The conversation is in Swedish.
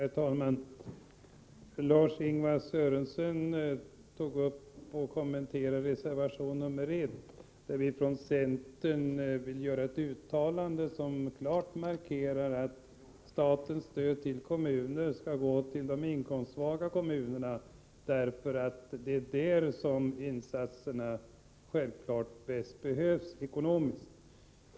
Herr talman! Lars-Ingvar Sörenson kommenterade reservation 1, där centern klart uttalar att det statliga stödet i första hand bör gå till de inkomstsvaga kommunerna, eftersom insatserna självfallet bäst behövs där.